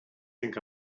think